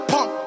Pump